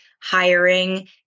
hiring